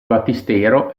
battistero